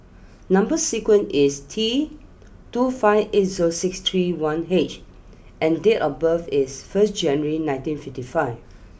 number sequence is T two five eight zero six three one H and date of birth is first January nineteen fifty five